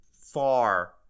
far